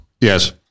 Yes